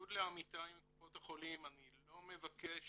בניגוד לעמיתיי מקופות החולים אני לא מבקש